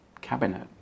cabinet